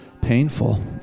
painful